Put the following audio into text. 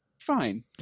fine